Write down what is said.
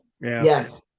Yes